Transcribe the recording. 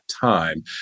time